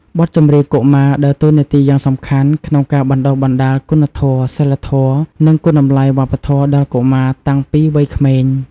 បទចម្រៀងកុមារដើរតួនាទីយ៉ាងសំខាន់ក្នុងការបណ្ដុះបណ្ដាលគុណធម៌ សីលធម៌ និងគុណតម្លៃវប្បធម៌ដល់កុមារតាំងពីវ័យក្មេង។